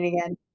again